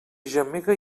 gemega